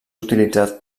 utilitzat